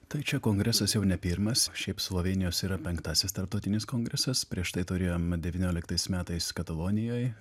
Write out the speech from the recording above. tai čia kongresas jau ne pirmas šiaip slovėnijos yra penktasis tarptautinis kongresas prieš tai turėjom devynioliktais metais katalonijoj